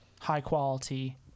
high-quality